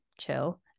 chill